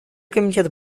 комитет